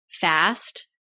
fast